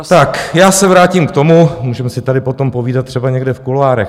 Tak já se vrátím k tomu můžeme si tady potom povídat třeba někde v kuloárech.